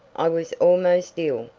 i was almost ill,